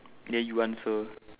then you answer